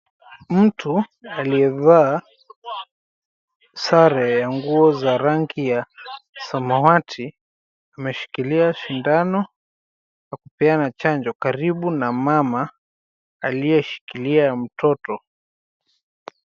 Mtu aliyevaa sare za rangi ya samawati ameshikilia sindano na kupeana chanjo karibu na mama aliyeshikilia mtoto.